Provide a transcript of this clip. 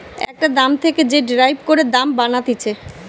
একটা দাম থেকে যে ডেরাইভ করে দাম বানাতিছে